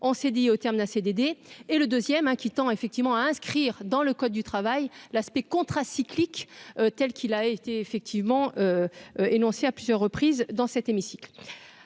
en CDI au terme d'un CDD, et le deuxième inquiétant effectivement à inscrire dans le code du travail, l'aspect contracyclique, tels qu'il a été effectivement énoncé à plusieurs reprises dans cet hémicycle